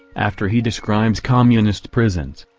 after he describes communist prisons,